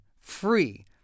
free